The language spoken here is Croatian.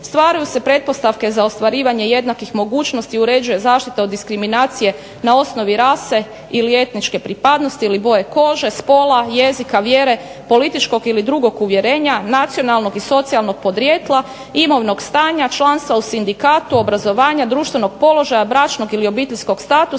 stvaraju se pretpostavke za ostvarivanje jednakih mogućnosti i uređuje zaštita od diskriminacije na osnovi rase ili etničke pripadnosti ili boje kože, spola, jezika, vjere, političkog ili drugo uvjerenja, nacionalnog i socijalnog podrijetla, imovnog stanja, članstva u sindikatu, obrazovanja, društvenog položaja, bračnog ili obiteljskog statusa,